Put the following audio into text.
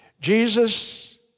Jesus